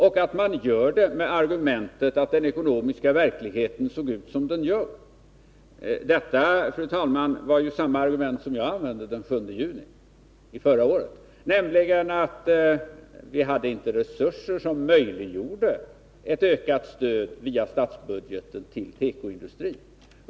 De gör det med argumentet att den ekonomiska verkligheten ser ut som den gör. Fru talman! Detta var ju samma argument som jag använde den 7 juni förra året, nämligen att vi inte hade ekonomiska resurser som möjliggjorde ett ökat stöd via statsbudgeten till tekoindustrin.